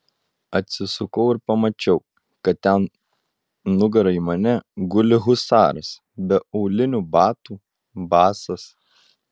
atsisukau ir pamačiau kad ten nugara į mane guli husaras be aulinių batų basas